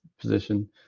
position